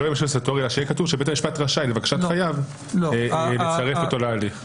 אנחנו נבקש שיהיה כתוב שבית המשפט רשאי לבקשת חייב לצרף אותו להליך.